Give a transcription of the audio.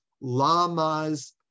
lamas